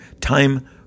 Time